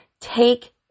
take